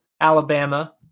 Alabama